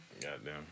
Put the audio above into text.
Goddamn